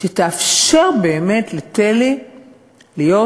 שתאפשר באמת לתל"י להיות